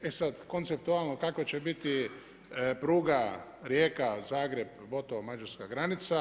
E sad, konceptualno kakva će biti pruga Rijeka, Zagreb,… mađarska granica.